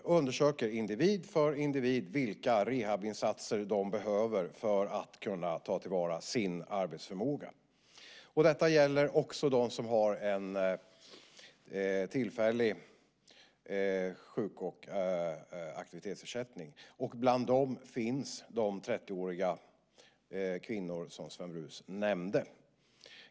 Vi undersöker individ för individ vilka rehabinsatser de behöver för att kunna ta till vara sin arbetsförmåga. Detta gäller också dem som har en tillfällig sjuk och aktivitetsersättning. Bland dem finns de 30-åriga kvinnor som Sven Brus nämnde.